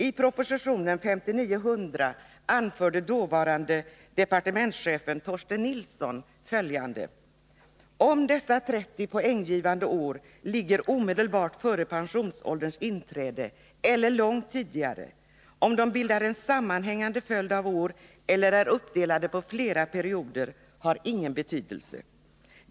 I propositionen 1959:100 anförde den dåvarande departementschefen Torsten Nilsson följande: ”Om dessa 30 poänggivande år ligger omedelbart före pensionsålderns inträde eller långt tidigare, om de bildar en sammanhängande följd av år eller är uppdelade på flera perioder har ingen betydelse.